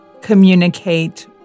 communicate